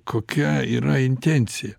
kokia yra intencija